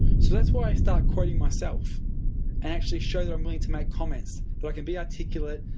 so that's why i start quoting myself, and actually show that i'm willing to make comments, that i can be articulate,